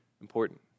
important